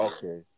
Okay